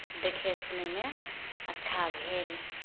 देखय सुनयमे अच्छा भेल